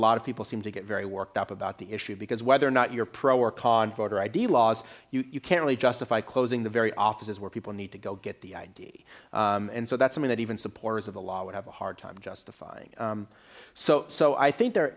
of people seem to get very worked up about the issue because whether or not you're pro or con voter id laws you can't really justify closing the very offices where people need to go get the id and so that's i mean that even supporters of the law would have a hard time justifying so so i think there